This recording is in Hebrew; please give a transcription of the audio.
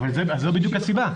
אבל זו בדיוק הסיבה,